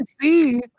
see